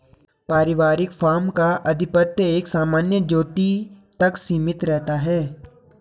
पारिवारिक फार्म का आधिपत्य एक सामान्य ज्योति तक सीमित रहता है